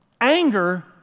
Anger